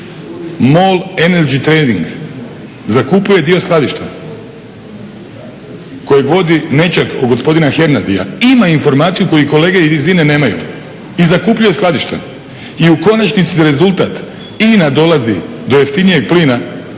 MOL Energy Tradeing zakupljuje dio skladišta kojeg vodi nećak od gospodina Hernadija, ima informaciju koju kolege iz INA-e nemaju i zakupljuje skladište. I u konačnici rezultat, INA dolazi do jeftinijeg plina,